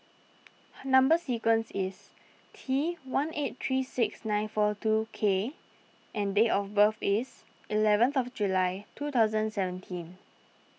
Number Sequence is T one eight three six nine four two K and date of birth is eleventh of July two thousand seventeen